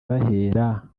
bahera